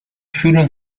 fühlen